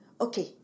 okay